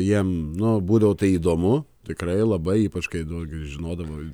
jiem nu būdavo tai įdomu tikrai labai ypač kai daugiau žinodavo